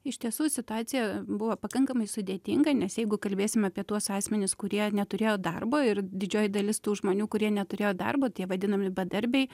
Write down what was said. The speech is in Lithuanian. iš tiesų situacija buvo pakankamai sudėtinga nes jeigu kalbėsime apie tuos asmenis kurie neturėjo darbo ir didžioji dalis tų žmonių kurie neturėjo darbo tie vadinami bedarbiai